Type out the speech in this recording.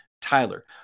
tyler